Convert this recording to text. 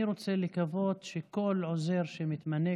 אני רוצה לקוות שכל עוזר שמתמנה,